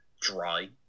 dry